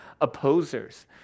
opposers